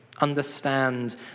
Understand